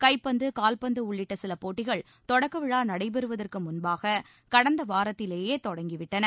கைப்பந்து கால்பந்து உள்ளிட்ட சில போட்டிகள் தொடக்க விழா நடைபெறுவதற்கு முன்பாக கடந்த வாரத்திலிருந்தே தொடங்கி விட்டன